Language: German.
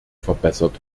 verbessert